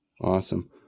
Awesome